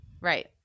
Right